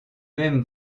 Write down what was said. même